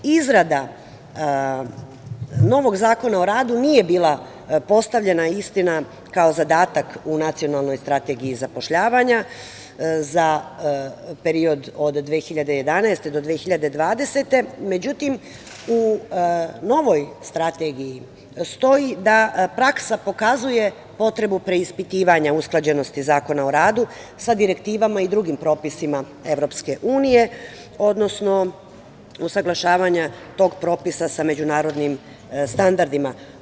Izrada novog Zakona o radu nije bila postavljena, istina, kao zadatak u Nacionalnoj strategiji zapošljavanja za period od 2011. do 2020. godine, međutim, u novoj strategiji stoji da praksa pokazuje potrebu preispitivanja usklađenosti Zakona u radu sa direktivama i drugim propisima Evropske unije, odnosno usaglašavanja tog propisa sa međunarodnim standardima.